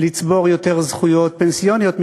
לצבור יותר זכויות פנסיוניות,